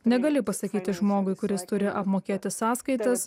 negali pasakyti žmogui kuris turi apmokėti sąskaitas